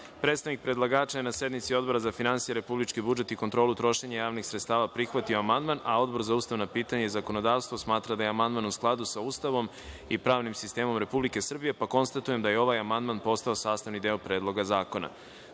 sredstava. Predstavnik predlagača je na sednici Odbora za finansije, republički budžet i kontrolu trošenja javnih sredstava prihvatio amandman. Odbor za ustavna pitanja i zakonodavstvo smatra da je amandman u skladu sa Ustavom i pravnim sistemom Republike Srbije. Konstatujem da je ovaj amandman postao sastavni deo Predloga zakona. Da